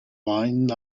line